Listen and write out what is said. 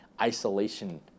isolation